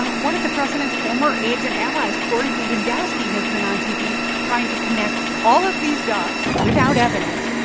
one of the president's former aides and allies, corey lewandowski, has been on tv trying to connect all of these dots, without evidence,